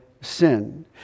sin